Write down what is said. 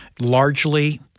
largely